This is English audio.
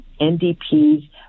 NDP's